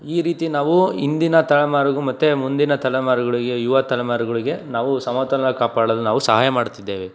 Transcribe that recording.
ಈ ರೀತಿ ನಾವು ಇಂದಿನ ತಲೆಮಾರಿಗೂ ಮತ್ತು ಮುಂದಿನ ತಲೆಮಾರುಗಳಿಗೆ ಯುವ ತಲೆಮಾರುಗಳಿಗೆ ನಾವು ಸಮತೋಲನ ಕಾಪಾಡಲು ನಾವು ಸಹಾಯ ಮಾಡ್ತಿದ್ದೇವೆ